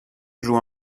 joue